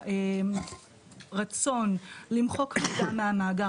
שהרצון למחוק מידע מהמאגר,